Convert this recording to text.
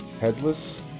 headless